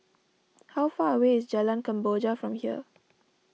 how far away is Jalan Kemboja from here